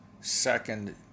second